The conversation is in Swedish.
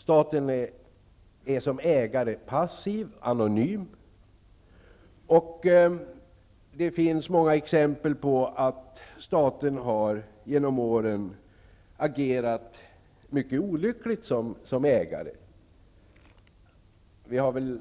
Staten är som ägare passiv och anonym. Det finns många exempel på att staten genom åren som ägare har agerat mycket olyckligt. Vi har väl